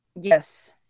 Yes